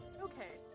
Okay